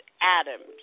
Adams